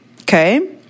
okay